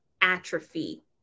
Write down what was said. atrophy